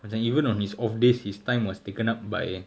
macam even on his off days his time was taken up by